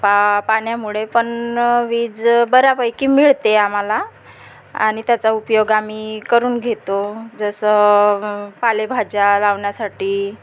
पा पाण्यामुळे पण वीज बऱ्यापैकी मिळते आम्हाला आणि त्याचा उपयोग आम्ही करून घेतो जसं पालेभाज्या लावण्यासाठी